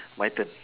my turn